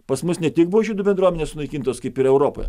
pas mus ne tik buvo žydų bendruomenės sunaikintos kaip ir europoje